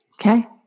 Okay